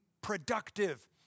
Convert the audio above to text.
productive